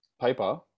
paper